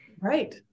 Right